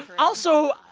also,